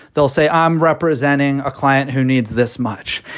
they'll say, i'm representing a client who needs this much.